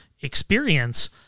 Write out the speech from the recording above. experience